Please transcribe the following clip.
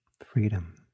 freedom